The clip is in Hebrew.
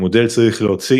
המודל צריך להוציא.